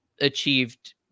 achieved